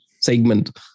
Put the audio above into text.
segment